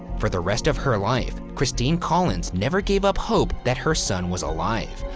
for the rest of her life, christine collins never gave up hope that her son was alive.